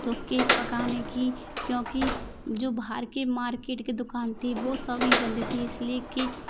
तो केक पकाने की क्योंकि जो बाहर की मार्केट की दुकान थी वो सभी बंद थी इस लिए कि